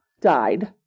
died